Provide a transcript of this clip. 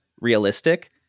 realistic